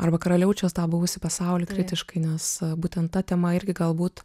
arba karaliaučiaus tą buvusį pasaulį kritiškai nes būtent ta tema irgi galbūt